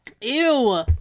Ew